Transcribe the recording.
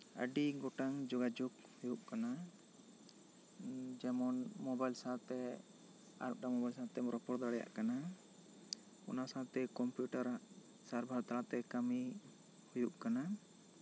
ᱟᱹᱰᱤ ᱜᱚᱴᱟᱝ ᱡᱚᱜᱟᱡᱳᱜᱽ ᱦᱩᱭᱩᱜ ᱠᱟᱱᱟ ᱡᱮᱢᱚᱱ ᱢᱚᱵᱟᱭᱤᱞ ᱥᱟᱶ ᱛᱮ ᱟᱨ ᱢᱤᱫ ᱴᱟᱝ ᱢᱚᱵᱟᱭᱤᱞ ᱥᱟᱶ ᱛᱮ ᱨᱚᱯᱚᱲ ᱫᱟᱲᱮᱭᱟᱜ ᱠᱟᱱᱟ ᱚᱱᱟ ᱥᱟᱶ ᱛᱮ ᱠᱚᱢᱯᱤᱭᱩᱴᱟᱨ ᱥᱟᱨᱵᱷᱟᱨ ᱛᱟᱞᱟᱛᱮ ᱠᱟᱹᱢᱤ ᱦᱩᱭᱩᱜ ᱠᱟᱱᱟ